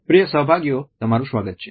પ્રિય સહભાગીયો તમારું સ્વાગત છે